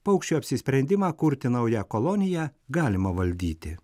paukščių apsisprendimą kurti naują koloniją galima valdyti